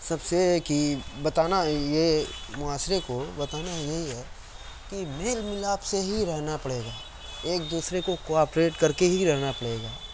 سب سے کہ بتانا یہ معاشرے کو بتانا یہی ہے کہ میل ملاپ سے ہی رہنا پڑے گا ایک دوسرے کو کوآپریٹ کر کے ہی رہنا پڑے گا